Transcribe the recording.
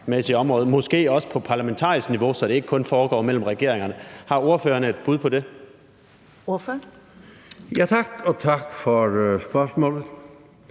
måske også på parlamentarisk niveau, så det ikke kun foregår mellem regeringerne. Har ordføreren et bud på det? Kl. 20:38 Første